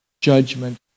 judgment